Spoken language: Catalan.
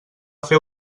fer